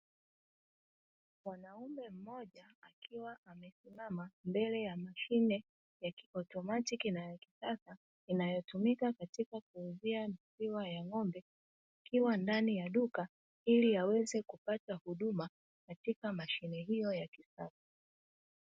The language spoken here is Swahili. Mwanaume mmoja, akiwa amesimama mbele ya mashine ya kiotomatiki na ya kisasa inayotumika katika kuuzia maziwa ya ng'ombe akiwa ndani ya duka ili aweze kupata huduma katika mashine hiyo ya kisasa.